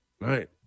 Right